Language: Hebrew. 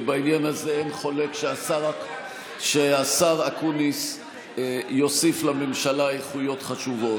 ובעניין הזה אין חולק שהשר אקוניס יוסיף לממשלה איכויות חשובות.